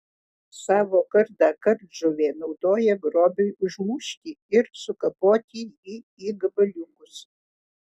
savo kardą kardžuvė naudoja grobiui užmušti ir sukapoti jį į gabaliukus